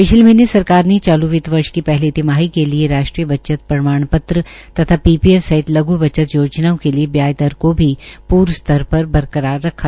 पिछले महीने सरकार ने चालू वित वर्ष की पहली तिमाही के लिये राष्ट्रीय बचत प्रमाण पत्र तथा पीपीएफ सहित लघु बचत योजनाओं के लिये ब्याज दर को भी प्र्व स्तर पर बरकरार रखा